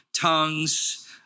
tongues